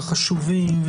והחשובים,